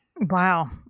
wow